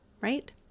right